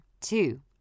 Two